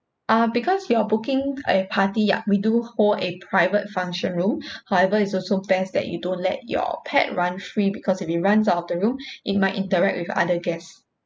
uh because you are booking a party ya we do hold a private function room however it's also best that you don't let your pet run free because if it runs out of the room it might interact with other guests